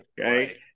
Okay